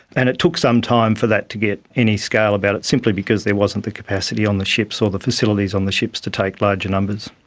and it took some time for that to get any scale about it, simply because there wasn't the capacity on the ships or the facilities on the ships to take larger numbers.